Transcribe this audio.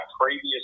previous